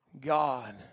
God